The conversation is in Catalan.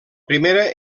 primera